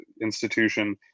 institution